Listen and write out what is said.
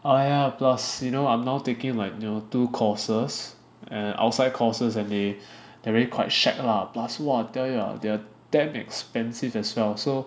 oh yeah plus you know I'm now taking like you know two courses and outside courses and they they're really quite shag lah plus !wah! tell you ah they are damn expensive as well so